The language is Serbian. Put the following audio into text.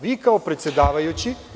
Vi kao predsedavajući…